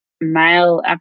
male